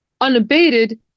unabated